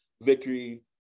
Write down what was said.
victory